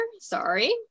sorry